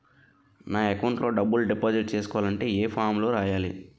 నా అకౌంట్ లో డబ్బులు డిపాజిట్ చేసుకోవాలంటే ఏ ఫామ్ లో రాయాలి?